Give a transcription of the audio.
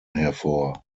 hervor